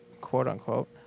quote-unquote